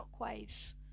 shockwaves